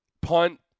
punt